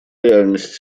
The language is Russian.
реальность